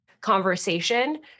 conversation